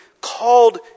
called